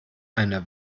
eine